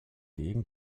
gegen